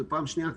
ופעם שנייה,